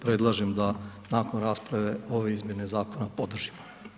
Predlažem da nakon rasprave ove izmjene zakona podržimo.